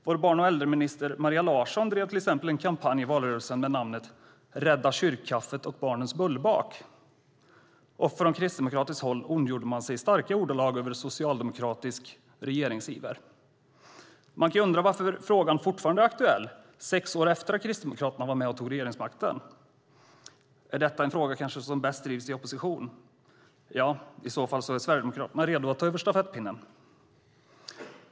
Vår barn och äldreminister, Maria Larsson, drev till exempel en kampanj i valrörelsen med namnet Rädda kyrkkaffet och barnens bullbak. Från kristdemokratiskt håll ondgjorde man sig i starka ordalag över socialdemokratisk regeringsiver. Nu kan man ju undra varför frågan fortfarande är aktuell, sex år efter det att Kristdemokraterna var med och tog regeringsmakten. Är detta en fråga som bäst drivs i opposition? I så fall är Sverigedemokraterna redo att ta över stafettpinnen.